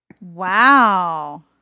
Wow